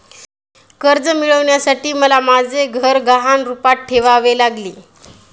कर्ज मिळवण्यासाठी मला माझे घर गहाण रूपात ठेवावे लागले